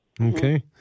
Okay